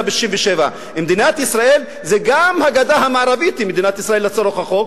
ב-67'; מדינת ישראל זה גם הגדה המערבית לצורך החוק.